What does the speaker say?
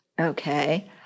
okay